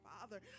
Father